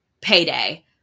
payday